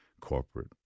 corporate